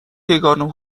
یگانه